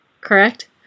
correct